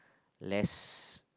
less